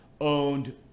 owned